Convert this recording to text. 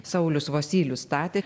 saulius vosylius statė